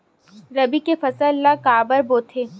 रबी के फसल ला काबर बोथे?